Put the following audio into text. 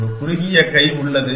ஒரு குறுகிய கை உள்ளது